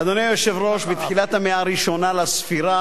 אדוני היושב-ראש,